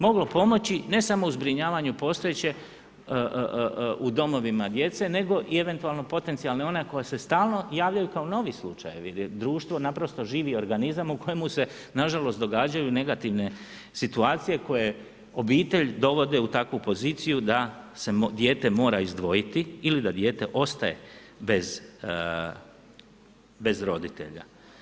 Moglo pomoći ne samo u zbrinjavanju postojeće u domovima djece nego i eventualno potencijalno one koja se stalno javljaju kao novi slučajevi jer je društvo naprosto živi organizam u kojemu se nažalost događaju negativne situacije koje obitelj dovode u takvu poziciju da se dijete mora izdvojiti ili da dijete ostaje bez roditelja.